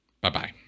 Bye-bye